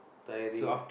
tiring